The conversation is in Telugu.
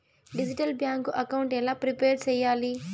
డిజిటల్ బ్యాంకు అకౌంట్ ఎలా ప్రిపేర్ సెయ్యాలి?